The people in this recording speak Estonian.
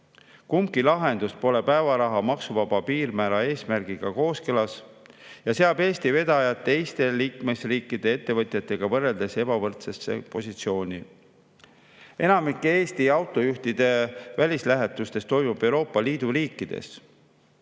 Kumbki lahendus pole päevaraha maksuvaba piirmäära eesmärgiga kooskõlas ja seab Eesti vedajad teiste liikmesriikide ettevõtjatega võrreldes ebavõrdsesse positsiooni. Enamik Eesti autojuhtide välislähetustest toimub Euroopa Liidu riikidesse,